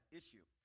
issue